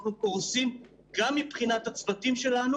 אנחנו קורסים גם מבחינת הצוותים שלנו.